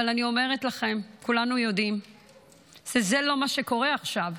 אבל אני אומרת לכם: כולנו יודעים שזה לא מה שקורה עכשיו.